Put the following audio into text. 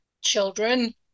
children